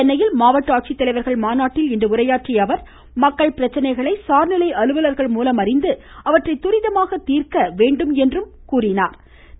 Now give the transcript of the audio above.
சென்னையில் மாவட்ட ஆட்சித் தலைவர்கள் மாநாட்டில் இன்று உரையாற்றிய அவர் மக்கள் பிரச்சினைகளை சார்நிலை அலுவலர்கள் மூலம் அறிந்து அவற்றை துரிதமாக தீர்க்க வேண்டும் என்றார்